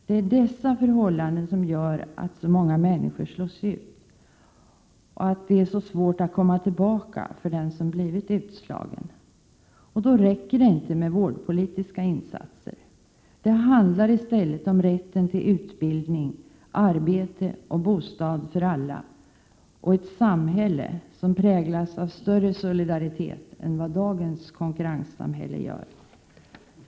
Det är brister i dessa avseenden som gör att så många människor slås ut och att det är så svårt att komma tillbaka för den som blivit utslagen. Då räcker det inte med vårdpolitiska insatser. Det handlar i stället 29 om rätten till utbildning, arbete och bostad för alla och ett samhälle som präglas av större solidaritet än vad dagens konkurrenssamhälle gör.